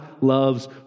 loves